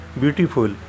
beautiful